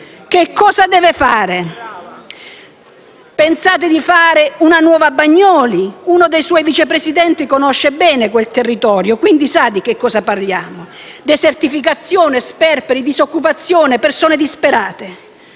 che cosa deve fare? Pensate di fare una nuova Bagnoli? Uno dei suoi vice presidenti conosce bene quel territorio e, quindi, sa di che cosa parliamo: desertificazione, sperperi, disoccupazione, persone disperate.